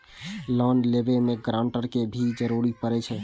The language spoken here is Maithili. लोन लेबे में ग्रांटर के भी जरूरी परे छै?